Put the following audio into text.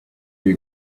you